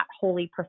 holy